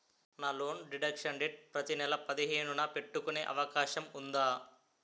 నా loan deduction date ప్రతి నెల పదిహేను న పెట్టుకునే అవకాశం ఉందా?